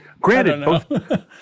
Granted